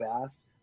fast